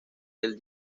del